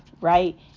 right